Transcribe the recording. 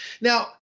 Now